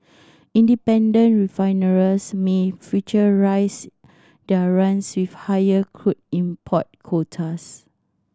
independent refiners may future rise their runs with higher crude import quotas